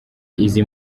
izi